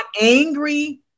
angry